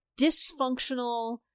dysfunctional